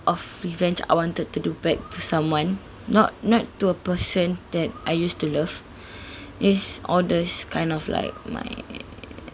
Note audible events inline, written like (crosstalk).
of revenge I wanted to do back to someone not not to a person that I used to love (breath) is all those kind of like my